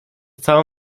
całą